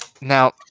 Now